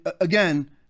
Again